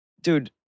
Dude